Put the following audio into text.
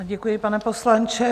Děkuji, pane poslanče.